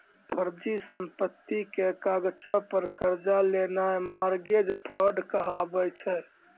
फर्जी संपत्ति के कागजो पे कर्जा लेनाय मार्गेज फ्राड कहाबै छै